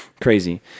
crazy